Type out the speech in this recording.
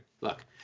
look